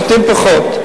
נותנים פחות.